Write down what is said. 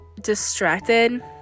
distracted